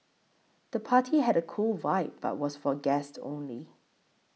the party had a cool vibe but was for guests only